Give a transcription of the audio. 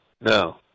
No